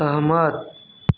सहमत